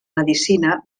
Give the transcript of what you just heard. medicina